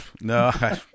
No